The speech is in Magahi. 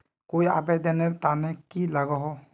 कोई आवेदन नेर तने की लागोहो?